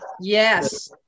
Yes